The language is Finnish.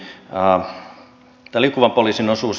tämä liikkuvan poliisin osuus